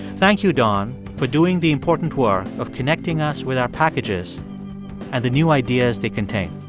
thank you, don, for doing the important work of connecting us with our packages and the new ideas they contain